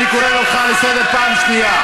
אני קורא אותך לסדר פעם שנייה.